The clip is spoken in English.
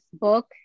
book